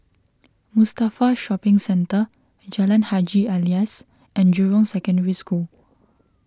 Mustafa Shopping Centre Jalan Haji Alias and Jurong Secondary School